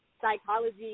psychology